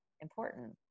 important